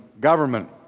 government